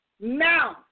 now